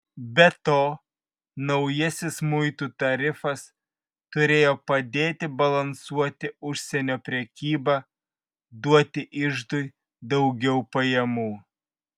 be to naujasis muitų tarifas turėjo padėti balansuoti užsienio prekybą duoti iždui daugiau pajamų